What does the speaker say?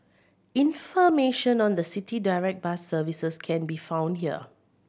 information on the City Direct bus services can be found here